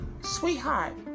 sweetheart